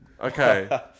Okay